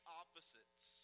opposites